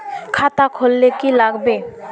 खाता खोल ले की लागबे?